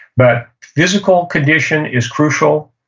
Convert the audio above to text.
but physical condition is crucial.